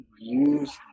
use